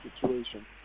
situation